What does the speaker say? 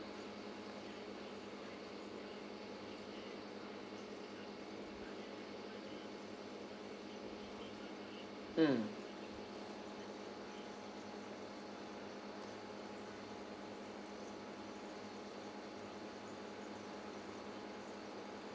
mm